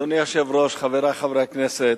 אדוני היושב-ראש, חברי חברי הכנסת,